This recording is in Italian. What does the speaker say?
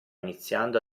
iniziando